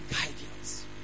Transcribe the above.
guidance